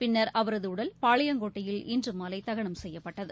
பின்னர் அவரது உடல் பாளையங்கோட்டையில் இன்று மாலை தகனம் செய்யப்பட்டது